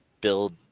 build